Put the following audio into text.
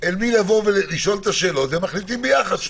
אל מי לבוא לשאול את השאלות ושלושתם מחליטים ביחד.